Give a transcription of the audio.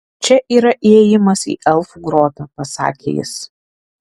čia yra įėjimas į elfų grotą pasakė jis